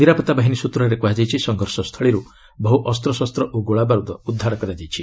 ନିରାପତ୍ତା ବାହିନୀ ସ୍ୱତ୍ରରେ କୃହାଯାଇଛି ସଂଘର୍ଷ ସ୍ଥଳୀରୁ ବହୁ ଅସ୍ତ୍ରଶସ୍ତ ଓ ଗୋଳାବାରୁଦ ଉଦ୍ଧାର କରାଯାଇଛି